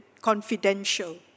confidential